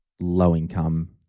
low-income